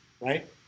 Right